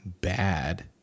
bad